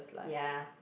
ya